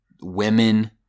women